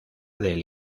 del